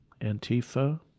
Antifa